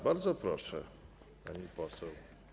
Bardzo proszę, pani poseł.